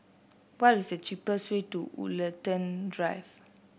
what is the cheapest way to Woollerton Drive